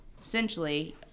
essentially